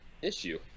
issue